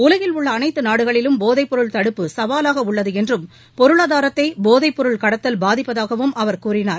உலகில் உள்ள அனைத்து நாடுகளிலும் போதை பொருள் தடுப்பு சவாலாக உள்ளது என்றும் பொருளாதாரத்தை போதைப்பொருள் கடத்தல் பாதிப்பதாகவும் அவர் கூறினார்